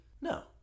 No